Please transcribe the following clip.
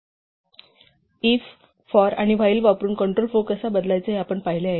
if for आणि while वापरून control flow कसा बदलायचा हे आपण पाहिले आहे